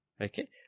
Okay